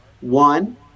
one